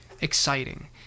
exciting